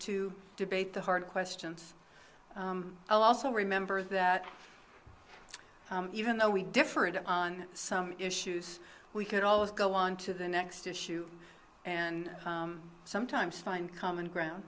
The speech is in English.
to debate the hard questions i'll also remember that even though we differed on some issues we could always go on to the next issue and sometimes find common ground